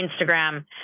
Instagram